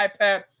iPad